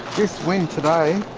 this wind today,